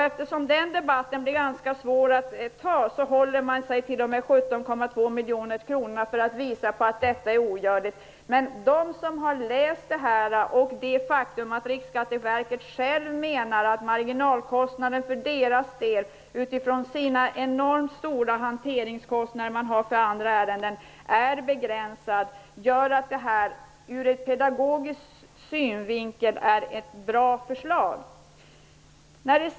Eftersom det blir ganska svårt att föra en sådan debatt, håller man sig till dessa 17,2 miljoner kronor för att visa att det här är ogörligt. Riksskatteverket menar att marginalkostnaden för verkets del, mot bakgrund av de enormt stora hanteringskostnaderna för andra ärenden, är begränsad. Detta faktum innebär att det här förslaget är bra ur pedagogisk synvinkel.